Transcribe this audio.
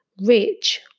rich